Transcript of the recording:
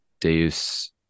Deus